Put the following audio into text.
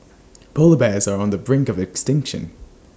Polar Bears are on the brink of extinction